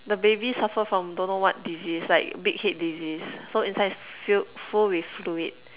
the baby suffer from don't know what disease like big head disease so inside is filled full with fluid